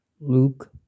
Luke